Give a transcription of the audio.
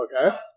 Okay